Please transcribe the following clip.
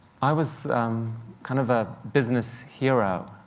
i was kind of a business hero.